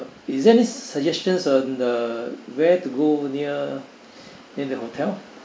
is there any suggestions on uh where to go near near the hotel